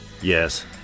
Yes